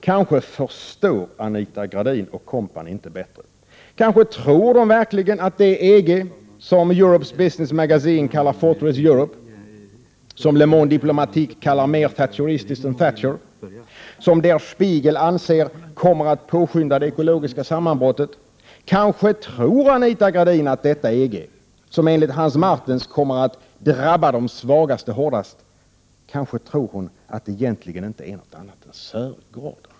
Kanske förstår Anita Gradin & Co. inte bättre, kanske tror de verkligen att det är EG som Europe's Business Magazine kallar Fortress Europe och som för övrigt Le Monde Diplomatique bedömer vara ”mer thatcheristiskt än Thatcher” och som Der Spiegel anser ”kommer att påskynda det ekologiska sammanbrottet”, kanske tror Anita Gradin att detta EG, som enligt Hans Martens kommer att drabba de svagaste hårdast, egentligen inte är någonting annat än Sörgården.